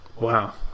Wow